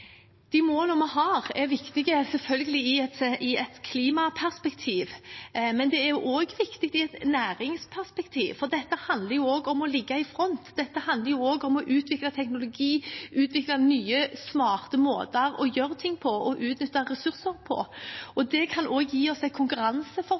viktige i et næringsperspektiv, for dette handler også om å ligge i front, det handler om å utvikle teknologi og nye, smarte måter å gjøre ting på og utnytte ressurser på.